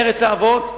ארץ האבות,